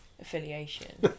affiliation